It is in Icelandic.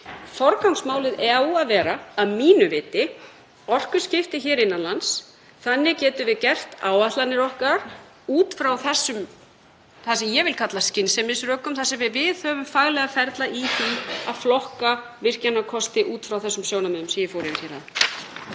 Forgangsmálið á að vera að mínu viti orkuskipti hér innan lands. Þannig getum við gert áætlanir okkar út frá þessum, sem ég vil kalla skynsemisrökum þar sem við viðhöfum faglega ferla við að flokka virkjunarkosti út frá þeim sjónarmiðum sem ég fór yfir hér